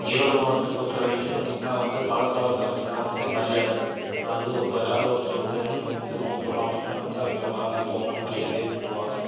ஈரோடு மாவட்டத்தை பொறுத்த அளவிக்கு பார்த்திங்கன்னா வந்து பழக்கவழக்கம் அப்படினா வந்து மரியாதை அதாவது இப்போ யாராவது ஒருத்தர் வந்து நம்ம வந்து கூப்பிடுறோம் அப்படினா அவிங்களை வாங்க போங்கன்னு மரியாதையாக கூப்பிடுவாங்க